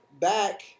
back